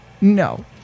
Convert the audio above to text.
no